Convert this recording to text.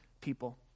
people